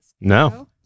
No